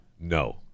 No